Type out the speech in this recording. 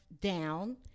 down